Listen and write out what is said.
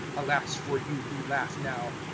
alas for you who laugh now,